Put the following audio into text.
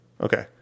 Okay